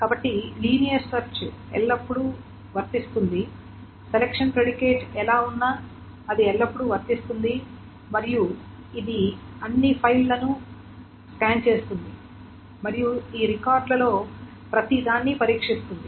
కాబట్టి linear search ఎల్లప్పుడూ వర్తిస్తుంది సెలక్షన్ ప్రిడికేట్ ఎలా ఉన్నా అది ఎల్లప్పుడూ వర్తిస్తుంది మరియు ఇది అన్ని ఫైల్లను స్కాన్ చేస్తుంది మరియు ఈ రికార్డ్లలో ప్రతిదాన్ని పరీక్షిస్తుంది